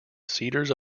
cedars